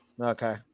Okay